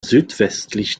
südwestlich